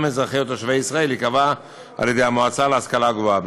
אזרחי או תושבי ישראל ייקבע על ידי המועצה להשכלה גבוהה.